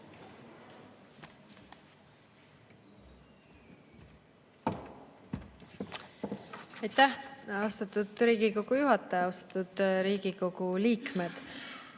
Aitäh, austatud Riigikogu juhataja! Austatud Riigikogu liikmed!